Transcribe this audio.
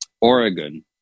Oregon